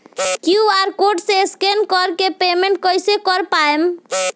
QR code से scan कर के पेमेंट कइसे कर पाएम?